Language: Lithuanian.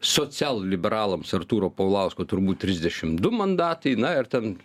socialliberalams artūro paulausko turbūt trisdešim du mandatai na ir ten